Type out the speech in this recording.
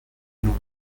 جنوب